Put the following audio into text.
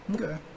Okay